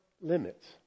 limits